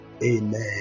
amen